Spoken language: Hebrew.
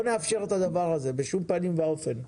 לא נאפשר את הדבר הזה בשום פנים ואופן.